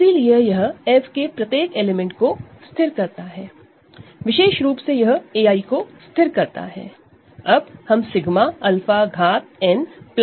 इसीलिए यह F के प्रत्येक एलिमेंट को स्थिर करता है विशेष रूप से यह ai को फिक्स करता है